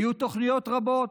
היו תוכניות רבות,